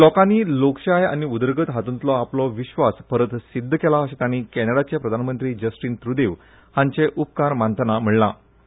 लोकांनी लोकशाय आनी उदरगत हातूंतलो आपलो विश्वास परत सिद्ध केला अशें तांणी कॅनडाचे प्रधानमंत्री जस्टीन त्रुदेव हांचे उपकार मानतना श्री मोदी हांणी म्हळें